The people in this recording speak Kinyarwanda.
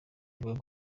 avuga